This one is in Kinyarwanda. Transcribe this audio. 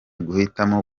guhitamo